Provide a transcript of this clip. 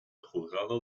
juzgado